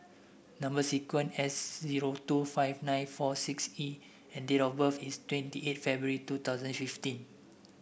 number sequence S zero two five nine four six E and date of birth is twenty eight February two thousand fifteen